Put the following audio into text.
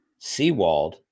Seawald